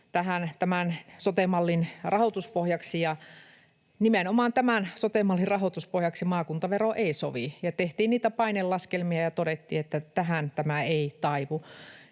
tämän sote-mallin rahoituspohjaksi. Ja nimenomaan tämän sote-mallin rahoituspohjaksi maakuntavero ei sovi. Tehtiin niitä painelaskelmia ja todettiin, että tähän tämä ei taivu.